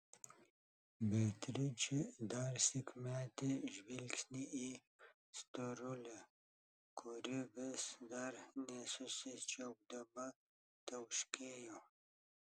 beatričė darsyk metė žvilgsnį į storulę kuri vis dar nesusičiaupdama tauškėjo